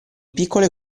piccole